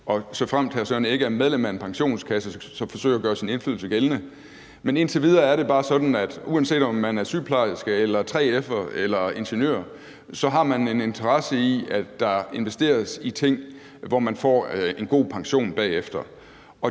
Rasmussen er medlem af en pensionskasse, kan han forsøge at gøre sin indflydelse gældende. Men indtil videre er det bare sådan, at uanset om man er sygeplejerske eller 3F'er eller ingeniør, så har man en interesse i, at der investeres i ting, hvor man får en god pension bagefter.